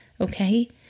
Okay